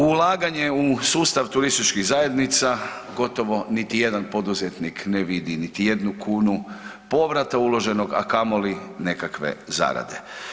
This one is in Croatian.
Ulaganje u sustav turističkih zajednica gotovo niti jedan poduzetnik ne vidi niti jednu kunu povrata uloženog, a kamoli nekakve zarade.